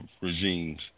regimes